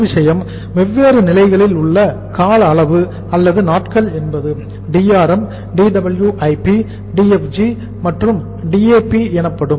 ஒரு விஷயம் வெவ்வேறு நிலைகளில் உள்ள கால அளவு அல்லது நாட்கள் என்பது DRM DWIP DFG மற்றும் DAP எனப்படும்